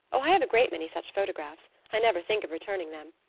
oh! i have a great many such photographs. i never think of returning them.